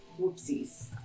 whoopsies